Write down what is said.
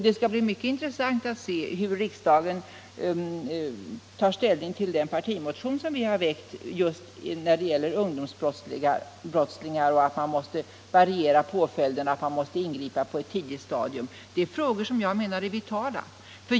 Det skall bli intressant att se hur riksdagen tar ställning till den partimotion som vi har väckt just när det gäller ungdomsbrottsligheten om att man måste variera påföljden och ingripa på ett tidigt stadium. Det är frågor som jag menar är vitala.